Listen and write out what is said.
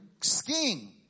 skiing